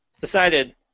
Decided